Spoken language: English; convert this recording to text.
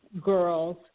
girls